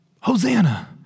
Hosanna